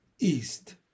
East